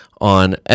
on